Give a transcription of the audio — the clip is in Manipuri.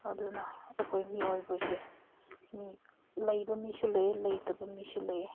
ꯑꯗꯨꯅ ꯑꯩꯈꯣꯏ ꯃꯤꯑꯣꯏꯕꯁꯦ ꯃꯤ ꯂꯩꯕ ꯃꯤꯁꯨ ꯂꯩꯌꯦ ꯂꯩꯇꯕ ꯃꯤꯁꯨ ꯂꯩꯌꯦ